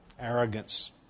arrogance